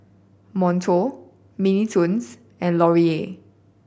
Monto Mini Toons and Laurier